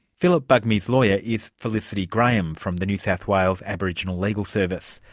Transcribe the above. phillip bugmy's lawyer is felicity graham from the new south wales aboriginal legal service.